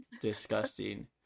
disgusting